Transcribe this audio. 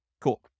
Cool